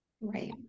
right